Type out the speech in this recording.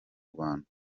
rwanda